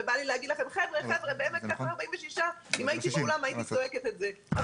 ובא לי להגיד לכם שלי יש 46 ואם הייתי באולם הייתי צועקת את זה,